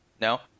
No